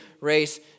race